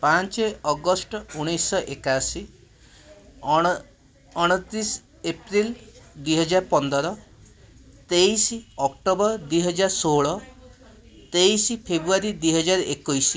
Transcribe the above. ପାଞ୍ଚ ଅଗଷ୍ଟ ଉଣେଇଶହ ଏକାଅଶୀ ଅଣତିରିଶ ଏପ୍ରିଲ ଦୁଇହଜାର ପନ୍ଦର ତେଇଶ ଅକ୍ଟୋବର ଦୁଇହଜାର ଷୋହଳ ତେଇଶ ଫେବୃଆରୀ ଦୁଇହଜାର ଏକୋଇଶ